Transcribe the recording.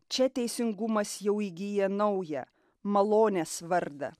čia teisingumas jau įgyja naują malonės vardą